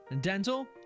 dental